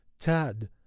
Tad